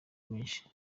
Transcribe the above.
menshi